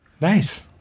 nice